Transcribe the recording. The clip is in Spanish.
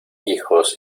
hijos